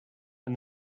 and